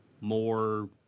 more